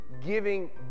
giving